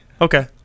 Okay